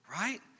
right